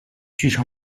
剧场